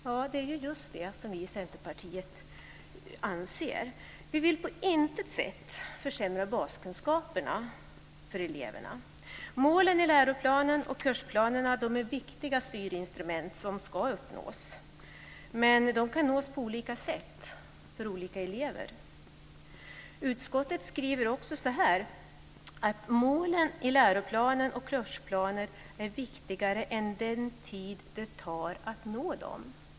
Ja, det är just det som vi i Centerpartiet anser. Vi vill på intet sätt försämra baskunskaperna för eleverna. Målen i läroplanen och kursplanerna är viktiga styrinstrument som ska uppnås, men dessa kan nås på olika sätt för olika elever. Utskottet skriver också: "Målen i läroplan och kursplaner måste vara det viktigaste - inte den tid som används för att nå dit."